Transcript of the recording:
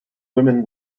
women